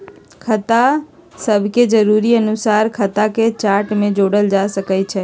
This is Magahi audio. खता सभके जरुरी अनुसारे खता के चार्ट में जोड़ल जा सकइ छै